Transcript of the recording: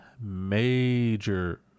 major